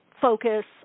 focus